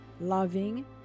loving